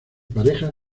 parejas